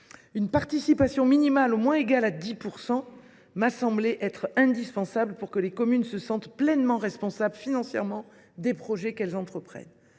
une participation minimale au moins égale à 10 % me semble indispensable pour que les communes se sentent pleinement responsables financièrement des projets qu’elles entreprennent.